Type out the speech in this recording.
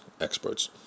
experts